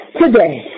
today